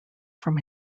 from